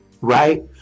right